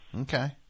Okay